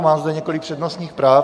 Mám zde několik přednostních práv.